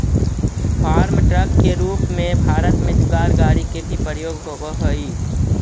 farm truck के रूप में भारत में जुगाड़ गाड़ि के भी प्रयोग होवऽ हई